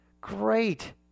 Great